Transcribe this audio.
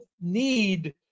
need